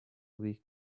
week